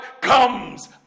comes